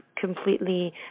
completely